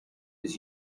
his